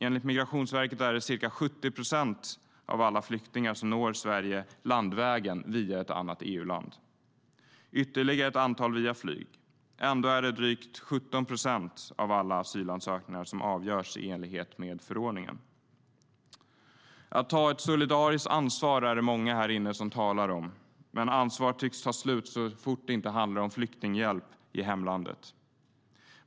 Enligt Migrationsverket når ca 70 procent av alla flyktingar Sverige landvägen via ett annat EU-land och ytterligare ett antal via flyg. Ändå avgörs drygt 17 procent av alla asylansökningar i enlighet med förordningen. Att ta ett solidariskt ansvar talar många om här i kammaren, men ansvaret tycks ta slut så fort det inte handlar om flyktinghjälp i hemlandet.